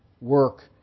work